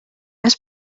has